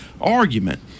argument